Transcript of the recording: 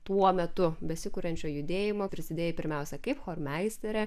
tuo metu besikuriančio judėjimo prisidėjai pirmiausia kaip chormeisterė